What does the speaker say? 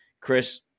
Chris